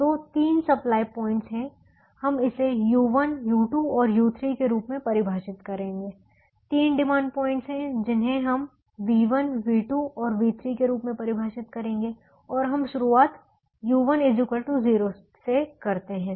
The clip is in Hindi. तो तीन सप्लाई पॉइंट्स हैं हम इसे u1 u2 और u3 के रूप में परिभाषित करेंगे तीन डिमांड पॉइंट हैं जिन्हें हम v1 v2 और v3 के रूप में परिभाषित करेंगे और हम शुरुआत u1 0 से करते हैं